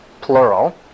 plural